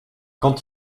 quand